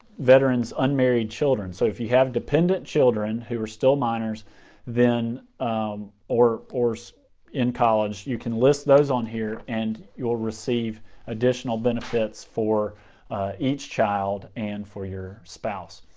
veteran's unmarried children. so if you have dependent children who are still minors um or or so in college, you can list those on here and you'll receive additional benefits for each child and for your spouse.